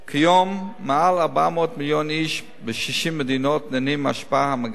כיום יותר מ-400 מיליון איש ב-60 מדינות נהנים מההשפעה המגינה